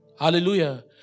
Hallelujah